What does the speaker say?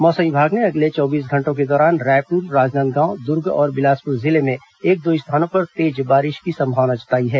मौसम विभाग ने अगले चौबीस घंटों के दौरान रायपुर राजनांदगांव दुर्ग और बिलासपुर जिले में एक दो स्थानों पर तेज बारिश की संभावना जताई है